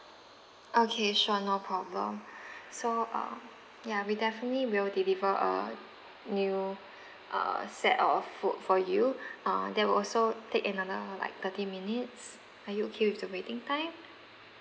okay sure no problem so uh ya we definitely will deliver a new uh set of food for you uh that will also take another like thirty minutes are you okay with the waiting time